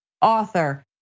author